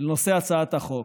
לנושא הצעת החוק.